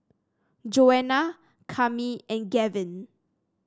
Joanna Cami and Gavin